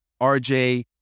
RJ